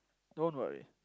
don't worry